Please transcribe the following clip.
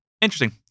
Interesting